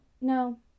No